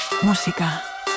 música